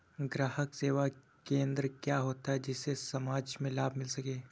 ग्राहक सेवा केंद्र क्या होता है जिससे समाज में लाभ मिल सके?